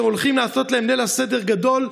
שהולכים לעשות להם ליל סדר גדול,